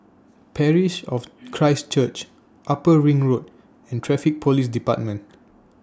Parish of Christ Church Upper Ring Road and Traffic Police department